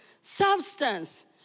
Substance